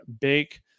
bake